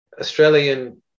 Australian